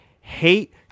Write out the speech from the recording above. hate